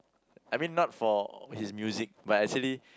I mean not for his music but actually